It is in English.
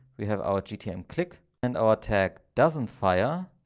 we have our gtm click, and our tag doesn't fire.